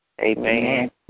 Amen